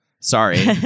sorry